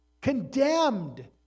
Condemned